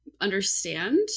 understand